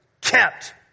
kept